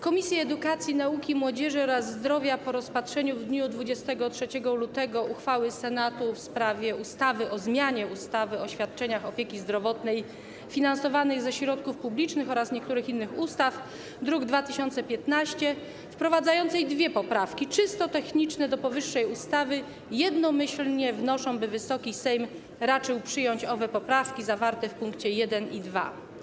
Komisje: Edukacji, Nauki i Młodzieży oraz Zdrowia po rozpatrzeniu w dniu 23 lutego uchwały Senatu w sprawie ustawy o zmianie ustawy o świadczeniach opieki zdrowotnej finansowanych ze środków publicznych oraz niektórych innych ustaw, druk nr 2015, wprowadzającej 2 poprawki, czysto techniczne, do powyższej ustawy, jednomyślnie wnoszą, by Wysoki Sejm raczył przyjąć owe poprawki zawarte w pkt 1 i 2.